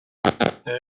parental